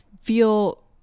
feel